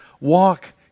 Walk